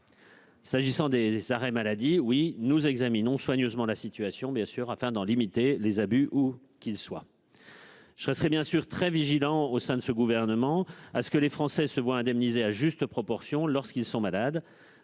matière d'arrêts maladie, nous examinons soigneusement la situation, afin de limiter les abus, où qu'ils soient. Je resterai évidemment très vigilant au sein de ce gouvernement pour que les Français soient indemnisés à juste proportion lorsqu'ils sont malades.